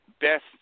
best